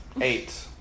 Eight